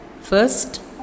first